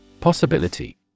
Possibility